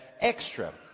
extra